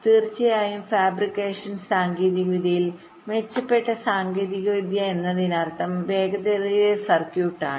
തീർച്ചയായും ഫാബ്രിക്കേഷൻ സാങ്കേതികവിദ്യയിൽ മെച്ചപ്പെട്ട സാങ്കേതികവിദ്യ എന്നതിനർത്ഥം വേഗതയേറിയ സർക്യൂട്ട് എന്നാണ്